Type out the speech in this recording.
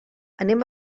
anem